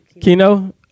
Kino